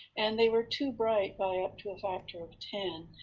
and they were too bright by up to a factor of ten.